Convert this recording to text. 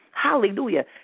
Hallelujah